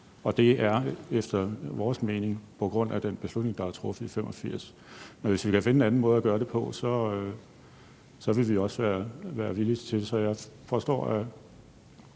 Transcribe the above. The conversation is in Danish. og det er efter vores mening på grund af det beslutningsforslag, der blev vedtaget i 1985. Så hvis vi kan finde en anden måde at gøre det på, vil vi også være villige til det. Så jeg foreslår,